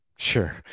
Sure